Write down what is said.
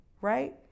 right